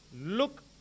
look